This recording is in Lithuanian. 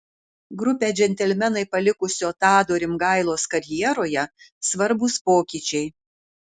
grupę džentelmenai palikusio tado rimgailos karjeroje svarbūs pokyčiai